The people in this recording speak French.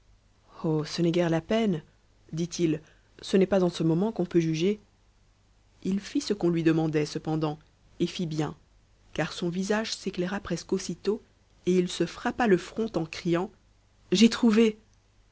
ce n'est guère la peine dit-il ce n'est pas en ce moment qu'on peut juger il fit ce qu'on lui demandait cependant et fit bien car son visage s'éclaira presque aussitôt et il se frappa le front en criant j'ai trouvé